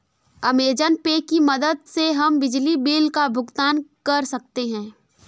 Amazon Pay की मदद से हम बिजली बिल का भुगतान कर सकते हैं